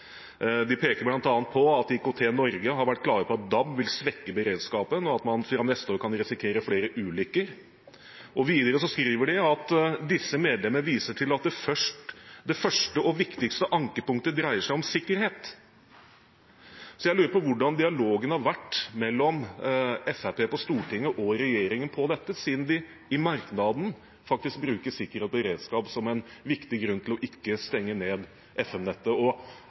de skriver i merknadene til innstillingen. De peker bl.a. på at IKT Norge har vært klare på at DAB vil svekke beredskapen, og at man fra neste år kan risikere flere ulykker. Videre skriver de: «Disse medlemmer viser til at det første, og viktigste, ankepunktet dreier seg om sikkerhet.» Jeg lurer på hvordan dialogen har vært mellom Fremskrittspartiet på Stortinget og regjeringen om dette, siden de i merknaden faktisk bruker sikkerhet og beredskap som en viktig grunn til ikke å stenge ned